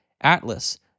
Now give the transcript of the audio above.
Atlas